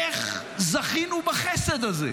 איך זכינו בחסד הזה?